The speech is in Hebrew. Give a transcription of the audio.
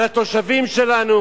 על התושבים שלנו?